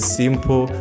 simple